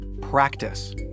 practice